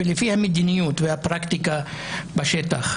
ולפי המדיניות והפרקטיקה בשטח,